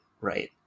right